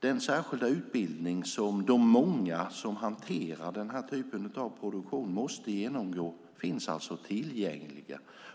Den särskilda utbildning som de många som hanterar den här typen av produktion måste genomgå finns alltså tillgänglig.